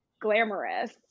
glamorous